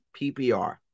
PPR